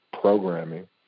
programming